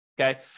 okay